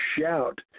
shout